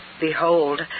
Behold